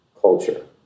culture